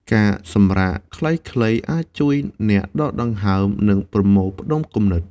ការសម្រាកខ្លីៗអាចជួយអ្នកដកដង្ហើម និងប្រមូលផ្តុំគំនិត។